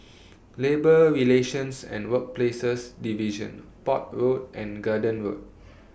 Labour Relations and Workplaces Division Port Road and Garden Road